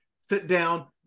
sit-down